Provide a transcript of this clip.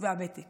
והוותק